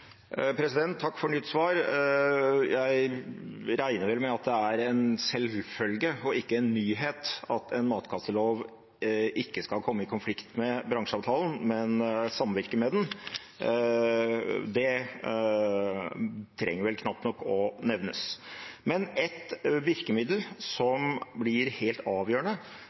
Jeg regner med at det er en selvfølge og ikke en nyhet at en matkastelov ikke skal komme i konflikt med bransjeavtalen, men samvirke med den. Det trenger vel knapt nok å nevnes. Et virkemiddel som blir helt avgjørende